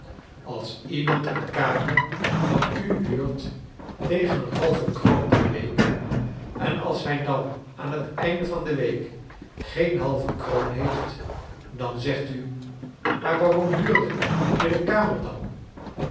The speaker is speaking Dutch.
als iemand een kamer van u huurt tegen een halve kroon per week en als hij dan aan het einde van de week geen halve kroon heeft dan zegt u maar waarom huurde je de kamer dan